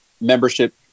membership